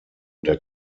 der